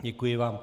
Děkuji vám.